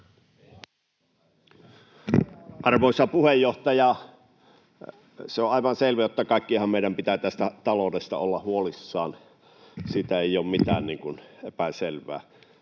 Arvoisa puheenjohtaja! Se on aivan selvä, että kaikkienhan meidän pitää tästä taloudesta olla huolissaan, siitä ei ole mitään epäselvyyttä.